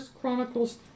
Chronicles